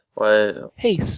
hey